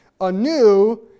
anew